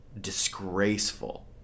disgraceful